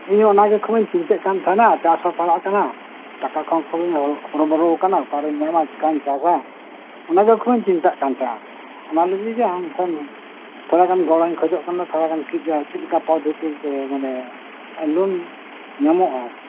ᱤᱧ ᱦᱚᱸ ᱚᱱᱟᱜᱮ ᱠᱷᱩᱵ ᱤᱧ ᱪᱤᱱᱛᱟᱹ ᱠᱟᱱ ᱛᱟᱸᱦᱮᱱᱟ ᱪᱟᱥ ᱦᱚᱸ ᱯᱟᱲᱟᱜ ᱠᱟᱱᱟ ᱴᱟᱠᱟ ᱠᱚᱦᱚᱸ ᱠᱷᱩᱵ ᱤᱧ ᱦᱚᱨᱚ ᱵᱚᱨᱚ ᱟᱠᱟᱱᱟ ᱚᱠᱟᱨᱤᱧ ᱧᱟᱢᱟ ᱪᱮᱠᱟᱹᱧ ᱪᱟᱥᱟ ᱟᱱᱟᱜᱮ ᱠᱷᱩᱵᱤᱧ ᱪᱤᱱᱛᱟᱜ ᱠᱟᱱ ᱛᱟᱸᱦᱮᱱᱟ ᱚᱱᱟ ᱞᱟᱹᱜᱤᱛᱜᱮ ᱟᱢ ᱯᱷᱳᱱ ᱛᱷᱚᱲᱟᱜᱟᱱ ᱜᱚᱲᱚᱤᱧ ᱠᱷᱚᱡᱚᱜ ᱠᱟᱱᱟ ᱛᱷᱚᱲᱟᱜᱟᱱ ᱟᱨ ᱪᱮᱫ ᱞᱮᱠᱟ ᱯᱚᱫᱫᱷᱟᱛᱤ ᱛᱮ ᱢᱟᱱᱮ ᱞᱳᱱ ᱧᱟᱢᱚᱜᱼᱟ